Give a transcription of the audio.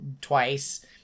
twice